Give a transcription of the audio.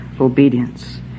obedience